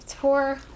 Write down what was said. Tour